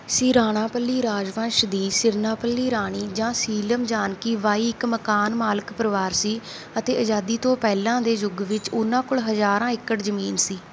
ਸਿਰਾਨਾਪੱਲੀ ਰਾਜਵੰਸ਼ ਦੀ ਸਿਰਨਾਪੱਲੀ ਰਾਣੀ ਜਾਂ ਸੀਲਮ ਜਾਨਕੀ ਬਾਈ ਇੱਕ ਮਕਾਨ ਮਾਲਕ ਪਰਿਵਾਰ ਸੀ ਅਤੇ ਆਜ਼ਾਦੀ ਤੋਂ ਪਹਿਲਾਂ ਦੇ ਯੁੱਗ ਵਿੱਚ ਉਨ੍ਹਾਂ ਕੋਲ ਹਜ਼ਾਰਾਂ ਏਕੜ ਜ਼ਮੀਨ ਸੀ